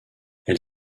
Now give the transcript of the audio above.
elle